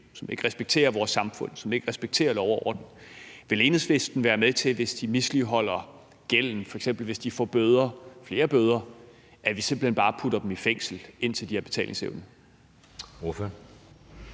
som ikke respekterer vores samfund og lov og orden, vil Enhedslisten så være med til, hvis de misligholder gælden, f.eks. hvis de får bøder, flere bøder, at vi simpelt hen bare putter dem i fængsel, indtil de har betalingsevne?